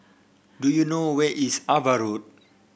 do you know where is Ava Road